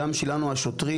גם שלנו השוטרים,